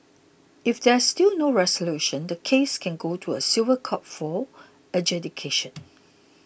if there is still no resolution the case can go to a civil court for adjudication